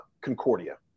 Concordia